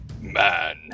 man